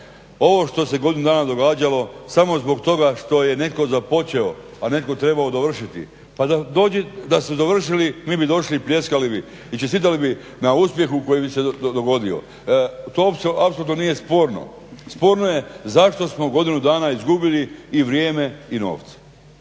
Ovo što se godinu dana događalo samo zbog toga što je netko započeo, a netko trebao dovršiti pa da ste dovršili mi bi došli i pljeskali bi i čestitali bi na uspjehu koji bi se dogodio. To apsolutno nije sporno. Sporno je zašto smo godinu dana izgubili i vrijeme i novce.